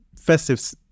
festive